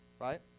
right